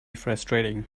frustrating